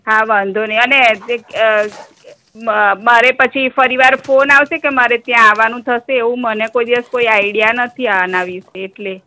હા વાંધો નહીં અને મારે પછી ફરી વાર ફોન આવશે કે મારે ત્યાં આવવાનું થશે એવું મને કોઈ દિવસ કોઈ આઈડિયા નથી આનાં વિષે એટલે